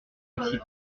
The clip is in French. excitée